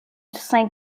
saint